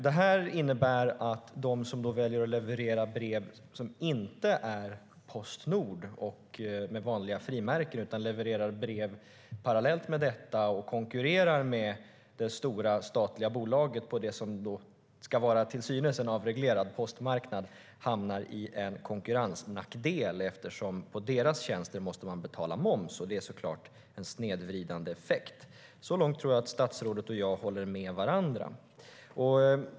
Detta innebär att de som väljer att inte leverera brev via Postnord och med vanliga frimärken utan levererar brev parallellt med detta, och alltså konkurrerar med det stora statliga bolaget på det som till synes ska vara en avreglerad postmarknad, hamnar i en konkurrensnackdel eftersom man måste betala moms på deras tjänster. Det ger så klart en snedvridande effekt. Så långt tror jag att statsrådet och jag håller med varandra.